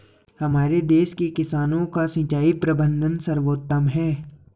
हमारे देश के किसानों का सिंचाई प्रबंधन सर्वोत्तम है